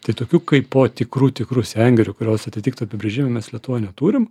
tai tokių kaip po tikrų tikrų sengirių kurios atitiktų apibrėžimą mes lietuvoj neturim